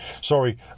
sorry